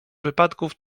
wypadków